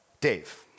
Dave